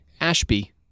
ashby